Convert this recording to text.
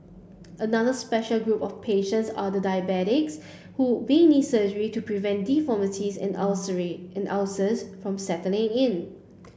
another special group of patients are the diabetic who may need surgery to prevent deformities and and ulcers from setting in